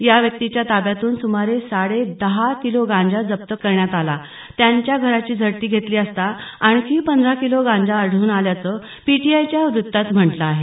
या व्यक्तीच्या ताब्यातून सुमारे साडे दहा किलो गांजा जप्त करण्यात आला त्याच्या घराची झडती घेतली असता आणखी पंधरा किलो गांजा आढळून आल्याचं पीटीआयच्या व्रत्तात म्हटलं आहे